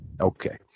Okay